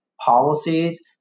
policies